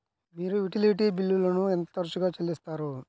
మీరు యుటిలిటీ బిల్లులను ఎంత తరచుగా చెల్లిస్తారు?